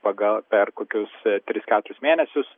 pagal per kokius tris keturis mėnesius